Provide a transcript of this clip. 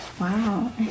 Wow